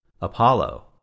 Apollo